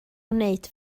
wneud